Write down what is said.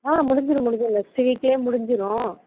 ஆ முடிஞ்சிடும் முடிஞ்சிடும் நெக்ஸ்ட்டு வீக்லேயே முடிஞ்சிடும்